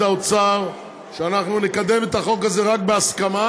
האוצר שאנחנו נקדם את החוק הזה רק בהסכמה.